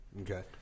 okay